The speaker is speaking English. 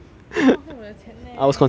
浪费我的钱 eh